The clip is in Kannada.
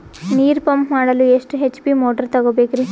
ನೀರು ಪಂಪ್ ಮಾಡಲು ಎಷ್ಟು ಎಚ್.ಪಿ ಮೋಟಾರ್ ತಗೊಬೇಕ್ರಿ?